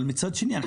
אבל מצד שני,